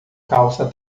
calça